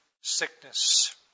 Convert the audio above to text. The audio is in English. sickness